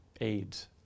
AIDS